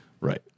Right